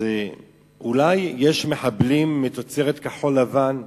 אז אולי יש מחבלים מתוצרת כחול-לבן.